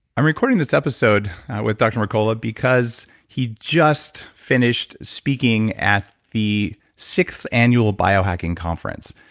i'm recording this episode with dr. mercola because he just finished speaking at the sixth annual biohacking conference.